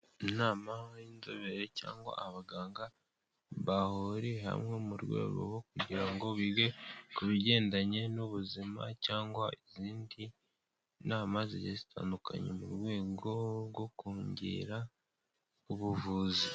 Inama y'inzobere cyangwa abaganga bahuriye hamwe mu rwego rwo kugira ngo bige ku bigendanye n'ubuzima, cyangwa izindi nama zigiye zitandukanye, mu rwego rwo kongera ubuvuzi.